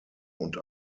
und